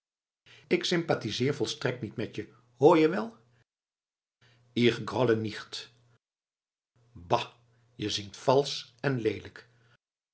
ik sympathiseer volstrekt niet met je hoor je wel ich grolle nicht ba je zingt valsch en leelijk